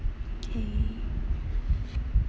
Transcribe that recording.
okay